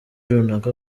runaka